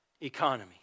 economy